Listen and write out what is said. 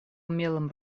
умелым